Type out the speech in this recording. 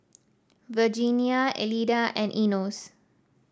Virginia Elida and Enos